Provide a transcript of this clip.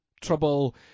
trouble